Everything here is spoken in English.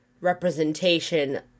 representation